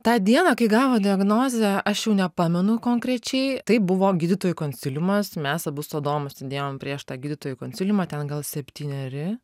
tą dieną kai gavo diagnozę aš jau nepamenu konkrečiai taip buvo gydytojų konsiliumas mes abu su adomu sėdėjom prieš tą gydytojų konsiliumą ten gal septyneri